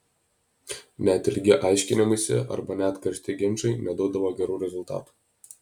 net ilgi aiškinimaisi arba net karšti ginčai neduodavo gerų rezultatų